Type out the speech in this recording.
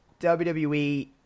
WWE